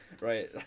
right